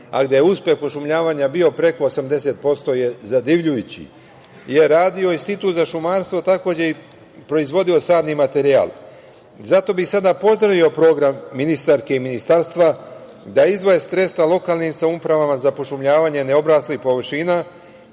ali da je uspeh pošumljavanja bio preko 80% je zadivljujući, je radio Institut za šumarstvo, a takođe i proizvodio sadni materijal. Zato bih sada pozdravio program ministarke i Ministarstva, da izdvoje sredstva lokalnim samoupravama za pošumljavanje neobraslih površina